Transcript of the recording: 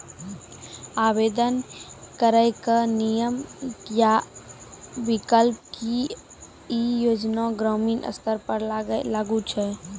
आवेदन करैक नियम आ विकल्प? की ई योजना ग्रामीण स्तर पर लागू छै?